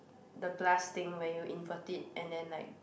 the glass thing where you invert it and then like